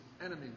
enemies